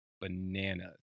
bananas